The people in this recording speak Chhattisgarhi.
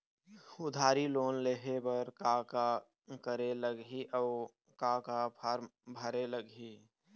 उधारी लोन लेहे बर का का करे लगही अऊ का का फार्म भरे लगही?